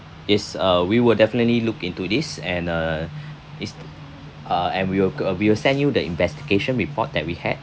yes uh we will definitely look into this and uh is uh and we'll we'll send you the investigation report that we had